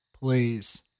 Please